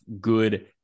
good